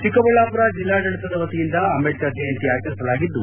ಚಿಕ್ಕಬಳ್ಳಾಪುರ ಜಿಲ್ಲಾಡಳಿತ ವತಿಯಿಂದ ಅಂಬೇಡ್ತರ್ ಜಯಂತಿ ಆಚರಿಸಲಾಗಿದ್ದು